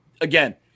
again